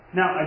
now